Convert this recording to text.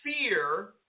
fear